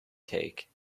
take